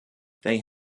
they